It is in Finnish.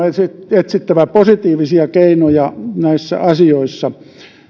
etsittävä positiivisia keinoja näissä asioissa